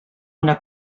una